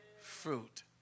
fruit